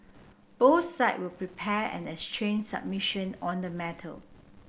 both sides will prepare and exchange submission on the matter